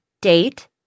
date